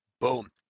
Boom